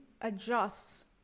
adjusts